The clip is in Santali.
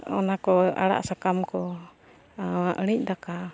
ᱚᱱᱟ ᱠᱚ ᱟᱲᱟᱜ ᱥᱟᱠᱟᱢ ᱠᱚ ᱟᱹᱬᱤᱡᱽ ᱫᱟᱠᱟ